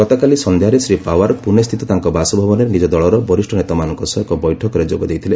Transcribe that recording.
ଗତକାଲି ସନ୍ଧ୍ୟାରେ ଶ୍ରୀ ପଓ୍ୱାର ପୁଣେସ୍ଥିତ ତାଙ୍କ ବାସଭବନରେ ନିଜ ଦଳର ବରିଷ୍ଠ ନେତାମାନଙ୍କ ସହ ଏକ ବୈଠକରେ ଯୋଗ ଦେଇଥିଲେ